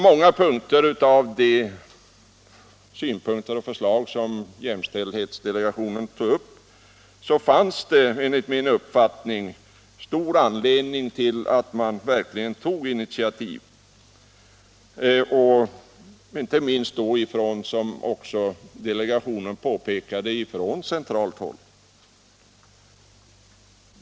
Många av de synpunkter och förslag som jämställdhetsdelegationen lade fram borde enligt min uppfattning verkligen ha lett till initiativ, inte minst — som delegationen påpekade — från centralt håll.